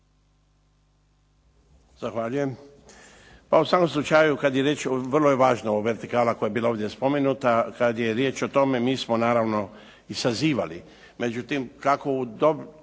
Zahvaljujem. Pa u svakom slučaju kada je riječ o vrlo je važna ova vertikala koja je bila ovdje spomenuta. Kada je riječ o tome mi smo naravno i sazivali.